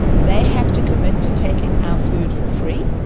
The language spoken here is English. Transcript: they have to commit to taking our food for free,